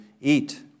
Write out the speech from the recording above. eat